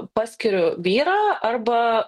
paskiriu vyrą arba